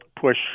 push